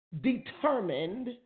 determined